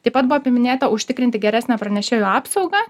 taip pat buvo paminėta užtikrinti geresnę pranešėjų apsaugą